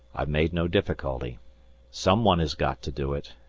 i made no difficulty some one has got to do it,